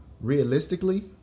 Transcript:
realistically